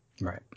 Right